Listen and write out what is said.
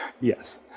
Yes